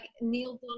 Neil